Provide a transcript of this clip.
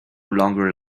longer